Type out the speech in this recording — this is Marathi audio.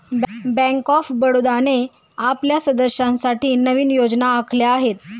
बँक ऑफ बडोदाने आपल्या सदस्यांसाठी नवीन योजना आखल्या आहेत